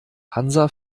hansa